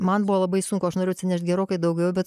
man buvo labai sunku aš norėjau atsinešt gerokai daugiau bet